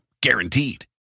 Guaranteed